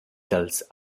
dals